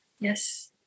yes